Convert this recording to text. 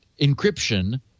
encryption